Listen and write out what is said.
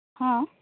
ହଁ